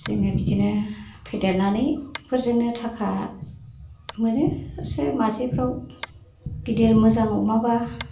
जोङो बिदिनो फेदेरनानै बेफोरजोंनो थाखा मोनो इसे मासेफ्राव गिदिर मोजां अमाबा